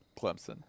Clemson